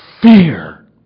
fear